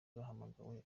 bahamagawe